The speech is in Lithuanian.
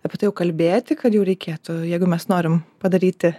apie tai jau kalbėti kad jau reikėtų jeigu mes norim padaryti